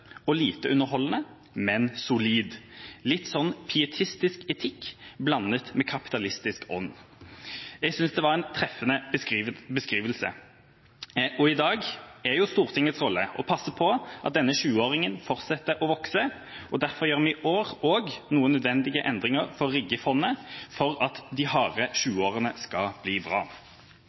og lite underholdende, men solid. Litt sånn pietistisk etikk og kapitalistisk ånd.» Jeg synes det var en treffende beskrivelse. I dag er Stortingets rolle å passe på at denne 20-åringen fortsetter å vokse. Derfor gjør vi også i år noen nødvendige endringer for å rigge fondet for at de harde 20-årene skal bli bra.